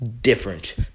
different